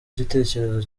igitekerezo